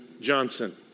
Johnson